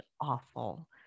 awful